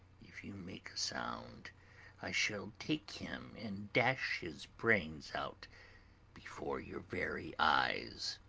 if you make a sound i shall take him and dash his brains out before your very eyes